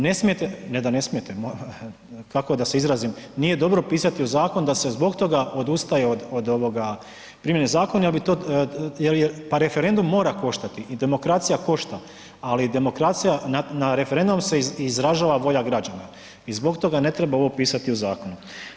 Ne smijete, ne da ne smijete, kako da se izrazim, nije dobro pisati u zakon da se zbog toga odustaje od primjene zakona jer bi to, jel je, pa referendum mora koštati i demokracija košta ali demokracija, na referendumu se izražava volja građana i zbog toga ne treba ovo pisati u zakonu.